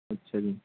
ਅੱਛਾ ਜੀ